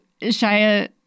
Shia